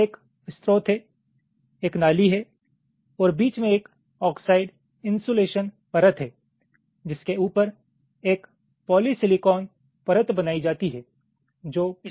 तो एक स्रोत है एक नाली है और बीच में एक ऑक्साइड इन्सुलेशन परत है जिसके ऊपर एक पॉलीसिलिकॉन परत बनाई जाती है जो गेट बनाती है